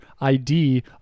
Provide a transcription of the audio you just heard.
ID